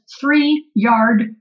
three-yard